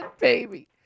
baby